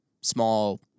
small